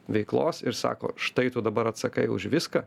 veiklos ir sako štai tu dabar atsakai už viską